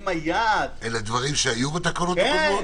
אם היעד אלה דברים שהיו בתקנות הקודמות